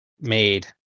made